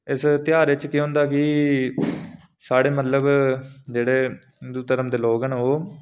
इस ध्यार केह् होंदा के साढ़े मतलब जेह्ड़े हिन्दू धर्म दे लोक न ओह्